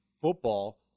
football